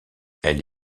elle